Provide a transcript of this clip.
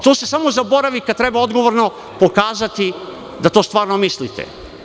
To se samo zaboravi kada treba odgovorno pokazati da to stvarno mislite.